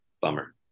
Bummer